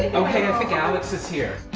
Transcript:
okay, i think alex is here.